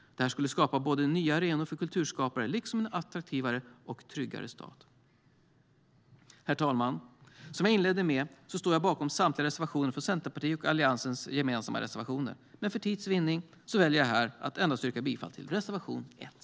Det skulle skapa nya arenor för kulturskapare, liksom en attraktivare och tryggare stad. Herr talman! Som jag inledde med står jag bakom samtliga reservationer från Centerpartiet och Alliansen. Men för tids vinnande väljer jag här att endast yrka bifall till reservation 1.